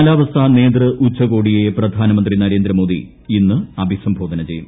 കാലാവസ്ഥാ നേതൃഉച്ചകോടിയെ പ്രധാനമന്ത്രി നരേന്ദ്രമോദി ഇന്ന് അഭിസംബോധന ചെയ്യും